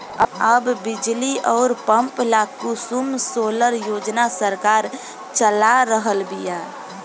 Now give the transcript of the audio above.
अब बिजली अउर पंप ला कुसुम सोलर योजना सरकार चला रहल बिया